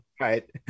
Right